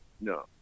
no